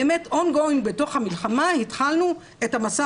באמת on going בתוך המלחמה התחלנו את המסע